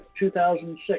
2006